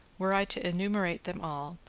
were i to enumerate them all,